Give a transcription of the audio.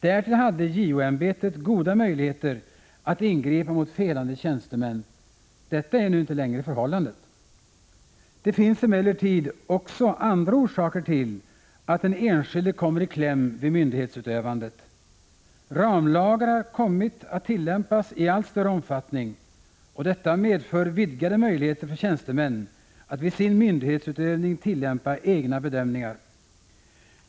Därtill hade JO-ämbetet goda möjligheter att ingripa mot felande tjänstemän. Detta är nu inte längre förhållandet. Det finns emellertid också andra orsaker till att den enskilde kommit i kläm vid myndighetsutövandet. Ramlagar har kommit att tillämpas i allt större omfattning, och detta medför vidgade möjligheter för tjänstemän att vid sin myndighetsutövning tillämpa egna bedömningar.